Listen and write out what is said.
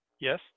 yes